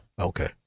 Okay